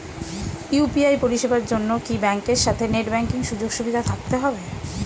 UPI পরিষেবার জন্য কি ব্যাংকের সাথে নেট ব্যাঙ্কিং সুযোগ সুবিধা থাকতে হবে?